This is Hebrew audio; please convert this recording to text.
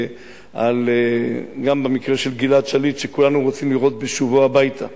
גם במקרה של גלעד שליט שכולנו רוצים לראות בשובו הביתה,